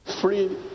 Free